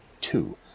Two